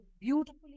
Beautifully